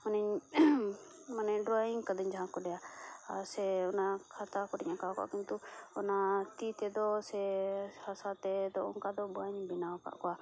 ᱢᱟᱱᱮᱧ ᱢᱟᱱᱮ ᱰᱨᱚᱭᱤᱝ ᱠᱟᱹᱫᱟᱹᱧ ᱡᱟᱦᱟᱸ ᱠᱚᱨᱮ ᱟᱨ ᱥᱮ ᱚᱱᱟ ᱠᱷᱟᱛᱟ ᱠᱚᱨᱮᱧ ᱟᱠᱟᱣ ᱠᱟᱜᱼᱟ ᱠᱤᱱᱛᱩ ᱚᱱᱟ ᱛᱤ ᱛᱮᱫᱚ ᱥᱮ ᱦᱟᱥᱟ ᱛᱮᱫᱚ ᱚᱱᱠᱟ ᱫᱚ ᱵᱟᱹᱧ ᱵᱮᱱᱟᱣ ᱟᱠᱟᱫ ᱠᱚᱣᱟ